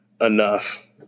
enough